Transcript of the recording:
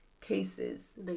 cases